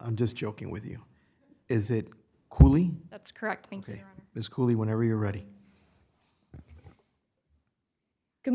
i'm just joking with you is it that's correct this coulee whenever you're ready good